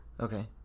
Okay